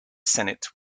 senate